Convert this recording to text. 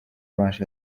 right